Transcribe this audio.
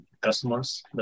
customers